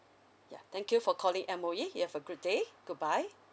ya thank you for calling M_O_E you have a good day goodbye